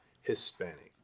Hispanic